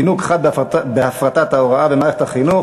בנושא: זינוק חד בהפרטת ההוראה במערכת החינוך,